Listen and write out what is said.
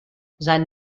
sein